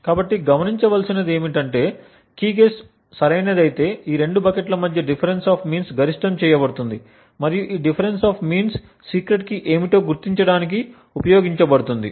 కాబట్టి గమనించదగినది ఏమిటంటే కీ గెస్Key guess సరైనది అయితే ఈ రెండు బకెట్ల మధ్య డిఫరెన్స్ ఆఫ్ మీన్స్ గరిష్టం చేయబడుతుంది మరియు ఈ difference of means secret key ఏమిటో గుర్తించడానికి ఉపయోగపడుతుంది